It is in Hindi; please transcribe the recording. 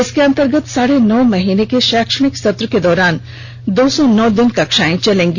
इसके अंतर्गत साढ़े नौ महीने के शैक्षणिक सत्र के दौरान दो सौ नौ दिन कक्षाएं चलेंगी